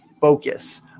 focus